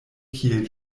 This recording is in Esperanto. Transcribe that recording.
kiel